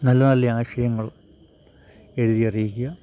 നല്ല നല്ലയാശയങ്ങൾ എഴുതിയറിയിക്കുക